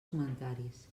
comentaris